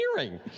hearing